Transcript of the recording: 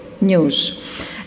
news